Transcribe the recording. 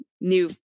new